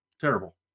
Terrible